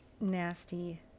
nasty